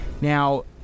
Now